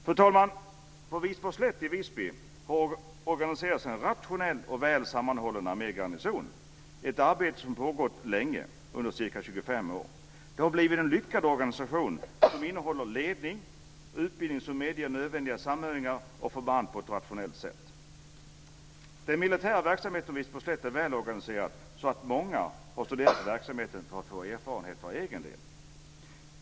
Fru talman! På Wisborgsslätt i Visby har det organiserats en rationell och väl sammanhållen armégarnison, ett arbete som pågått länge, under ca 25 år. Det har blivit en lyckad organisation, som innehåller ledning och utbildning som medger nödvändiga samövningar av förband på ett rationellt sätt. Den militära verksamheten på Wisborgsslätt är så välorganiserad att många har studerat verksamheten för att få erfarenheter för egen del.